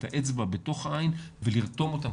את האצבע בתוך העין ולרתום אותם.